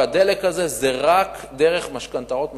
והדלק הזה זה רק דרך משכנתאות משוכללות.